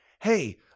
hey